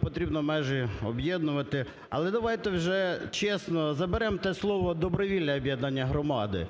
потрібно межі об'єднувати. Але давайте вже, чесно, заберемо те слово "добровільне" об'єднання громади.